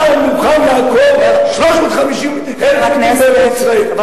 אתה מוכן לעקור 350,000 יהודים בארץ-ישראל.